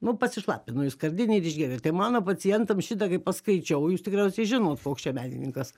nu pasišlapino į skardinę ir išgėrė tai mano pacientam šitą kai paskaičiau jūs tikriausiai žinot koks čia menininkas